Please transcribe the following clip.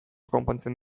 konpontzen